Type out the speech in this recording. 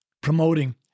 promoting